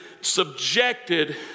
subjected